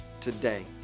Today